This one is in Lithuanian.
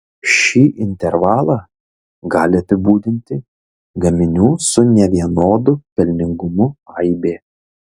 šį intervalą gali apibūdinti gaminių su nevienodu pelningumu aibė